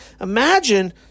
Imagine